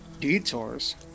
Detours